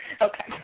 Okay